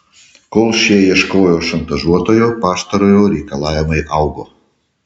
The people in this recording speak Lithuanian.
kol šie ieškojo šantažuotojo pastarojo reikalavimai augo